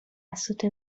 توسط